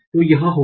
तो यह होगा